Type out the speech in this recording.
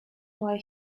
why